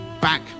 back